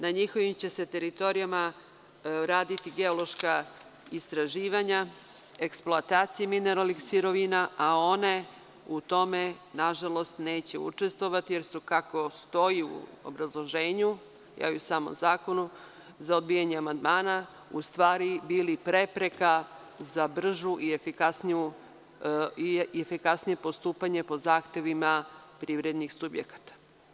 Na njihovim će se teritorijama raditi geološka istraživanja, eksploatacije mineralnih sirovina, a one u tome, nažalost, neće učestvovati, jer su, kako stoji u obrazloženju za odbijanje amandmana i u samom zakonu, u stvari bili prepreka za brže i efikasnije postupanje po zahtevima privrednih subjekata.